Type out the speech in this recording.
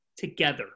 together